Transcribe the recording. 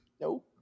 Nope